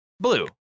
Blue